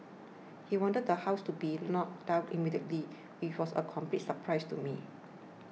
he wanted the house to be knocked down immediately before's a complete surprise to me